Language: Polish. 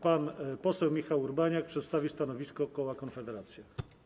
Pan poseł Michał Urbaniak przedstawi stanowisko koła Konfederacja.